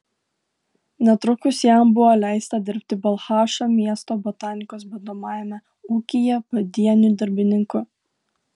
netrukus jam buvo leista dirbti balchašo miesto botanikos bandomajame ūkyje padieniu darbininku